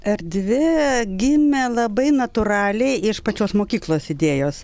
erdvė gimė labai natūraliai iš pačios mokyklos idėjos